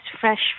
fresh